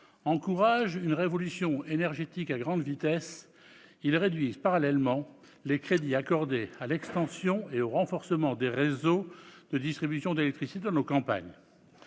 encourage une révolution énergétique à grande vitesse, qu'il réduise parallèlement les crédits accordés à l'extension et au renforcement des réseaux de distribution d'électricité dans nos campagnes.